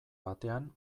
batean